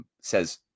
says